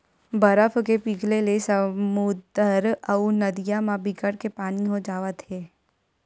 बरफ के पिघले ले समुद्दर अउ नदिया म बिकट के पानी हो जावत हे